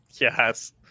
Yes